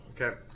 okay